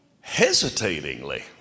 hesitatingly